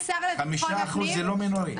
5% זה לא מינורי.